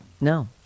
No